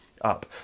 up